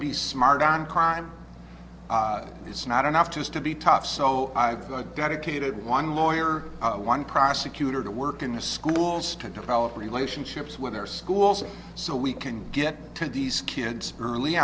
be smart on crime it's not enough just to be tough so i've got to cater to one lawyer one prosecutor to work in the schools to develop relationships with our schools so we can get to these kids early